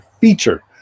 feature